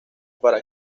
para